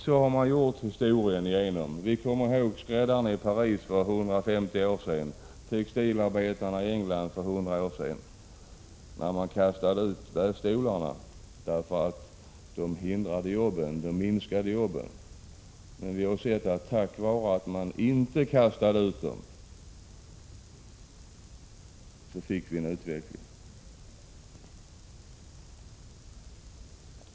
Så har man gjort historien igenom. Vi kommer ihåg skräddaren i Paris för 150 år sedan, textilarbetarna i England för 100 år sedan när man ville kasta ut vävstolarna därför att de skulle innebara färre jobb. Men vi har sett att vi tack vare att man inte kastade ut dem fick en utveckling.